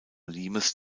limes